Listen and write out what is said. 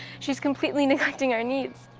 she's completely neglecting our needs.